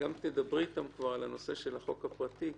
תדברי אתם כבר גם על הנושא של החוק הפרטי,